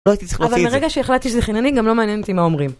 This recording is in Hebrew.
אבל מרגע שהחלטתי שזה חינני, גם לא מעניין אותי מה אומרים.